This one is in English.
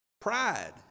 pride